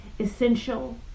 essential